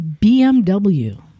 BMW